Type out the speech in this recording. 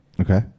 Okay